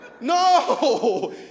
No